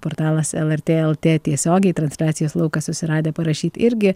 portalas lrt lt tiesiogiai transliacijas laukas susiradę parašyti irgi